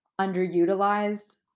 underutilized